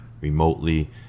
remotely